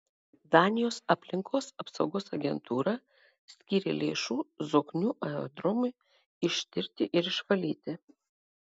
danijos aplinkos apsaugos agentūra skyrė lėšų zoknių aerodromui ištirti ir išvalyti